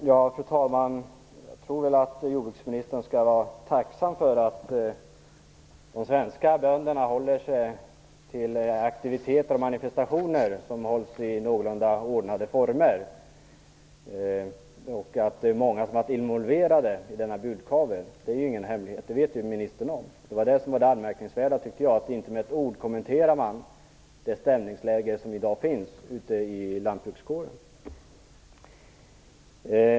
Fru talman! Jag tror att jordbruksministern skall vara tacksam för att svenska bönder håller sig till aktiviteter och manifestationer i någorlunda ordnade former. Att många har varit involverade när det gäller denna budkavle är ingen hemlighet, utan det vet ministern om. Det anmärkningsvärda är, tycker jag, att man inte med ett ord kommenterar stämningsläget i dag inom lantbrukarkåren.